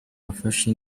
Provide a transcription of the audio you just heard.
wafashe